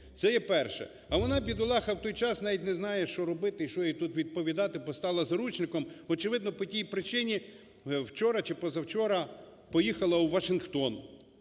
Це є перше. А вона, бідолаха, в той час навіть не знає, що робити і що їй тут відповідати, бо стала заручником. Очевидно по тій причині, вчора, чи позавчора, поїхала у Вашингтон,